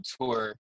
tour